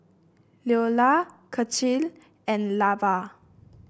Leola Cecil and Lavar